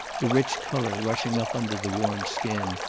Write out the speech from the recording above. the rich colour rushing up under the warm skin,